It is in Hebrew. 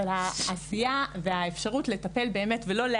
אבל העשייה והאפשרות לטפל באמת ולא רק